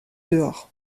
dehors